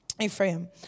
Ephraim